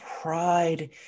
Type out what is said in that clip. pride